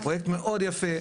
פרויקט מאוד יפה,